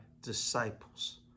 disciples